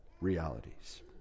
realities